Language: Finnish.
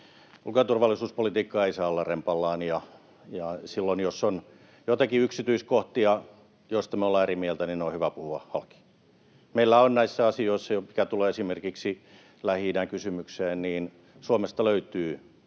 ja turvallisuuspolitiikka ei saa olla rempallaan. Silloin, jos on joitakin yksityiskohtia, joista me ollaan eri mieltä, ne on hyvä puhua halki. Meillä näissä asioissa, mitä tulee esimerkiksi Lähi-idän kysymykseen, Suomesta ja